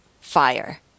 Fire